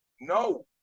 no